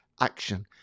action